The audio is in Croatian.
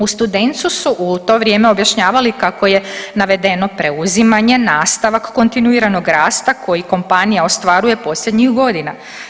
U Studencu su u to vrijeme objašnjavali kako je navedeno preuzimanje nastavak kontinuiranog rasta koji kompanija ostvaruje posljednjih godina.